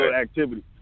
activity